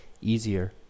easier